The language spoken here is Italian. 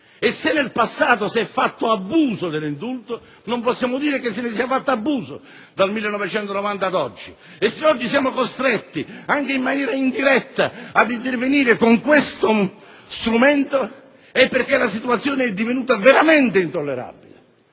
e, se nel passato si è fatto abuso dell'indulto, non possiamo dire che se ne sia fatto abuso dal 1990 ad oggi. E, se oggi siamo costretti, anche in maniera indiretta, ad intervenire con questo strumento, è perché la situazione è divenuta veramente intollerabile.